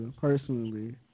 Personally